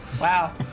Wow